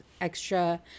extra